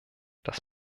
das